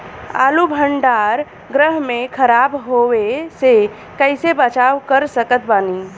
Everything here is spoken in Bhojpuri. आलू भंडार गृह में खराब होवे से कइसे बचाव कर सकत बानी?